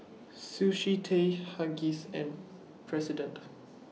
Sushi Tei Huggies and President